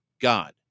God